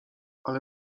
ale